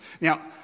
Now